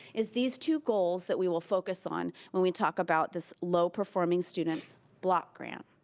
it's these two goals that we will focus on when we talk about this low performance students block grant.